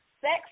Sex